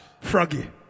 froggy